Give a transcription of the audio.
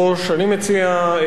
רבותי השרים,